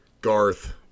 Garth